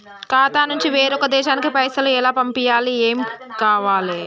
ఖాతా నుంచి వేరొక దేశానికి పైసలు ఎలా పంపియ్యాలి? ఏమేం కావాలి?